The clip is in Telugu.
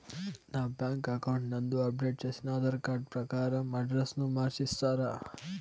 నా బ్యాంకు అకౌంట్ నందు అప్డేట్ చేసిన ఆధార్ కార్డు ప్రకారం అడ్రస్ ను మార్చిస్తారా?